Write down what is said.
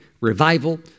revival